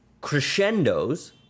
crescendos